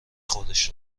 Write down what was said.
خودش